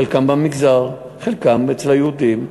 חלקם במגזר, חלקם אצל היהודים.